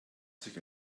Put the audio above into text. sich